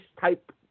type